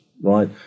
right